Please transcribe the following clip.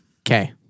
Okay